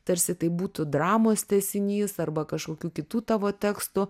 tarsi tai būtų dramos tęsinys arba kažkokių kitų tavo tekstų